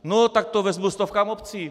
No tak to vezmu stovkám obcí!